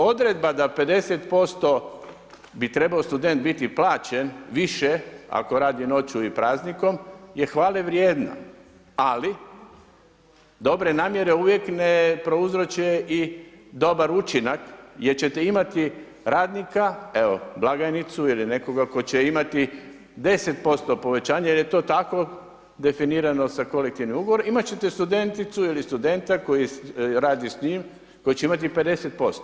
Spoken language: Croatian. Odredba da 50% bi trebao student biti plaćen više ako radi noću i praznikom je hvalevrijedna ali dobre namjere uvijek ne prouzroče i dobar učinak jer ćete imati radnika, evo blagajnicu ili nekoga tko će imati 10% povećanje jer je to tako definirano sa kolektivnim ugovorom imat ćete studenticu ili studenta koji radi s njim, koji će imati 50%